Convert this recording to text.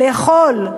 לאכול,